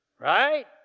Right